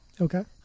Okay